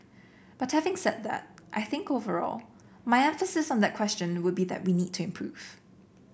but having said that I think overall my emphasis on that question would be that we need to improve